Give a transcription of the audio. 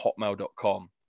hotmail.com